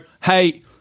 hey